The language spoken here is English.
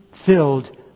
Filled